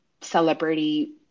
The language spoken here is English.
celebrity